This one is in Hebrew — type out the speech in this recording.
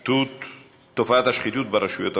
תופעת השחיתות ברשויות המקומיות,